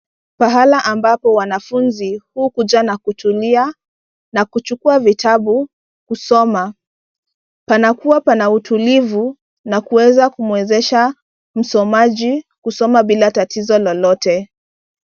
Pahala ambapo wanafunzi hukuja na kutulia na kuchukua vitabu kusoma panakuwa panautulivu na kuweza kumwezesha msomaji kusoma bila tatizo lolote.